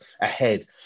ahead